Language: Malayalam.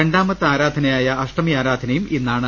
രണ്ടാ മത്തെ ആരാധനയായ അഷ്ടമി ആരാധനയും ഇന്നാണ്